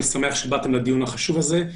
אני שמח שבאתם לדיון החשוב הזה.